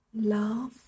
love